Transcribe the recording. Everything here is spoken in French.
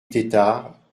tetart